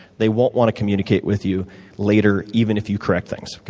they won't want to communicate with you later, even if you correct things.